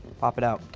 pop it out,